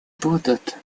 будут